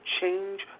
change